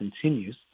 continues